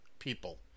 people